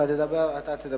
הסביבה והשר בגין,